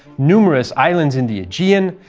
numerous islands in the aegean,